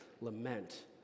lament